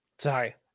Sorry